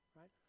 right